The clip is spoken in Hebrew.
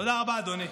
תודה רבה, אדוני.